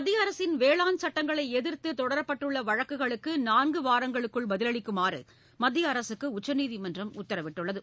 மத்திய அரசின் வேளாண் சுட்டங்களை எதிர்த்து தொடரப்பட்டுள்ள வழக்குகளுக்கு நான்கு வாரங்களுக்குள் பதிலளிக்குமாறு மத்திய அரசுக்கு உச்சநீதிமன்றம் உத்தரவிட்டுள்ளது